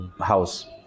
house